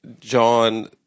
John